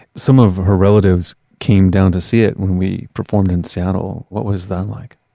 some of her relatives came down to see it when we performed in seattle. what was that like?